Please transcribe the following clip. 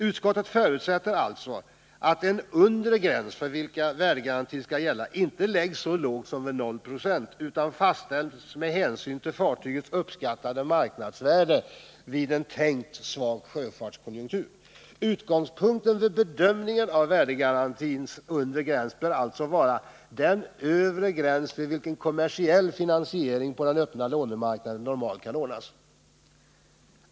Utskottet förutsätter alltså att en undre gräns för vilken värdegarantin skall gälla inte läggs så lågt som vid 0 90, utan fastställs med hänsyn till fartygets uppskattade marknadsvärde vid en tänkt svag sjöfartskonjunktur. Utgångspunkten vid bedömningen av värdegarantins undre gräns bör vara den övre gräns vid vilken kommersiell finansiering på den öppna lånemarknaden normalt kan ordnas.